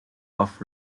off